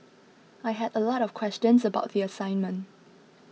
I had a lot of questions about the assignment